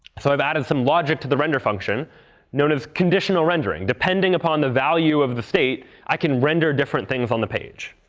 so i've added some logic to the render function known as conditional rendering. depending upon the value of the state, i can render different things on the page.